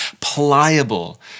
pliable